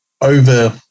over